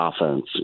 offense